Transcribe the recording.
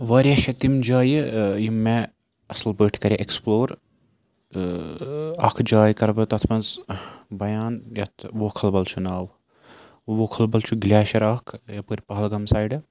واریاہ چھےٚ تِم جایہِ یِم مےٚ اَصٕل پٲٹھۍ کَرِ ایٚکٕسپٕلور تہٕ اَکھ جاے کَرٕ بہٕ تَتھ منٛز بیان یَتھ ووکھَل بل چھُ ناو ووکھل بل چھُ گٕلیشِیَر اَکھ یَپٲرۍ پہلگام سایڑٕ